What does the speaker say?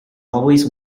always